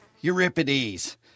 Euripides